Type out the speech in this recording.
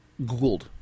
googled